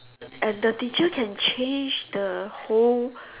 and the teacher can change the whole